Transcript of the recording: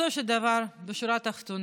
בסופו של דבר, בשורה התחתונה,